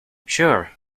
sure